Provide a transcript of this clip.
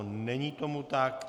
Není tomu tak.